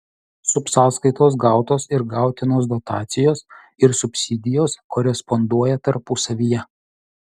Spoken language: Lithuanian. subsąskaitos gautos ir gautinos dotacijos ir subsidijos koresponduoja tarpusavyje